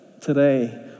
today